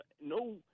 no